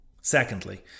Secondly